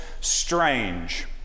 strange